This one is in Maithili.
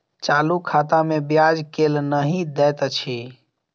चालू खाता मे ब्याज केल नहि दैत अछि